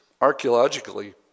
archaeologically